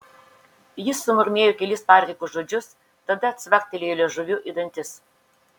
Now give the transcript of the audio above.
jis sumurmėjo kelis padrikus žodžius tada cvaktelėjo liežuviu į dantis